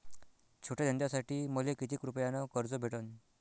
छोट्या धंद्यासाठी मले कितीक रुपयानं कर्ज भेटन?